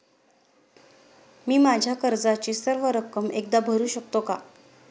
मी माझ्या कर्जाची सर्व रक्कम एकदा भरू शकतो का?